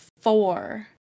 four